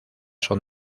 son